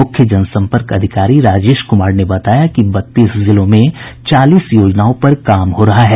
मुख्य जनसम्पर्क अधिकारी राजेश कुमार ने बताया कि बत्तीस जिलों में चालीस योजनाओं पर काम हो रहा है